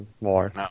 more